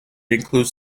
includes